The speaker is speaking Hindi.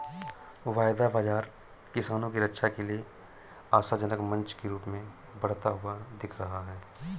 वायदा बाजार किसानों की रक्षा के लिए आशाजनक मंच के रूप में बढ़ता हुआ दिख रहा है